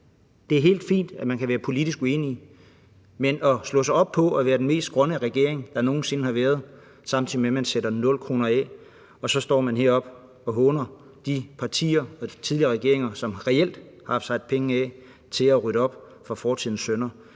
Det er helt fint, at man kan være politisk uenige, men at slå sig op på at være den mest grønne regering, der nogen sinde har været, samtidig med at man sætter 0 kr. af og man så står heroppe og håner de partier og de tidligere regeringer, som reelt har sat penge af til at rydde op fra fortidens synder,